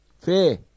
fair